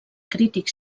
crític